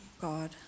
God